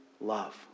love